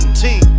team